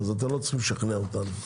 אינכם צריכים לשכנע אותנו.